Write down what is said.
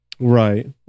Right